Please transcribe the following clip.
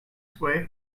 sway